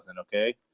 okay